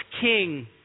king